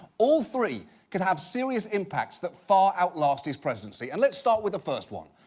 all three could have serious impacts that far outlast his presidency, and let's start with the first one.